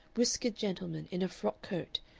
whiskered gentleman in a frock-coat,